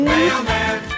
Mailman